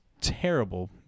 terrible